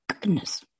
goodness